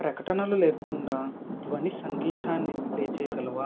ప్రకటనలు లేకుండా ధ్వని సంగీతాన్నిప్లే చేయగలవా